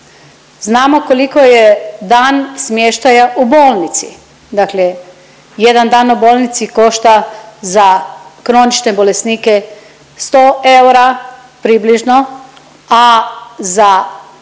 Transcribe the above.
koliko se dan smještaja u bolnici, dakle jedan dan u bolnici košta za kronične bolesnike 100 eura približno, a za